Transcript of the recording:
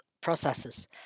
processes